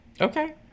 Okay